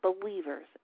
believers